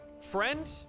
friend